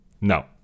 No